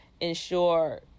ensure